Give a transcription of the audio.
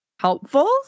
helpful